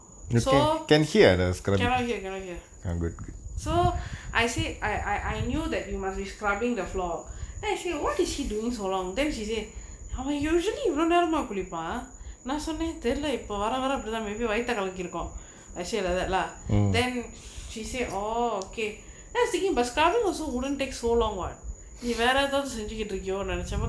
so can I hear can I here so I said I I I knew that you must scrubbing the floor they say what is she doing so long then she say அவ:ava usually இவளோ நேரமா குளிப்பா நா சொன்ன தெரில இபோ வரவர அப்புடி தா:ivalo neramaa kulipaa naa sonna therila ippo varavara appudi thaa maybe வைத்த கலக்கிருக்கு:vaitha kalakirukku I say like that lah then she say oh okay that's taking bus carving also wouldn't takes so long what நீ வேற எதாச்சும் செஞ்சிட்டு இருக்கியோண்டு நினைச்சே:nee vera ethachum senjitu irukiyondu ninaichae but